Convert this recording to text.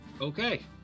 Okay